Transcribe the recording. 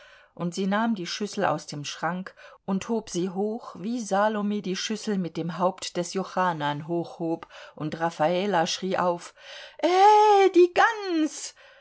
und sie nahm die schüssel aus dem schrank und hob sie hoch wie salome die schüssel mit dem haupt des jochanaan hochhob und raffala schrie auf aehhh die gans